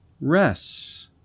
rests